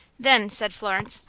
then, said florence,